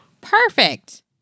Perfect